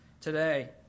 Today